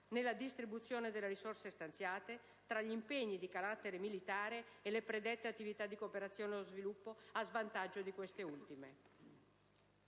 nella distribuzione delle risorse stanziate tra gli impegni di carattere militare e le predette attività di cooperazione allo sviluppo, a svantaggio di queste ultime.